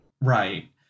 Right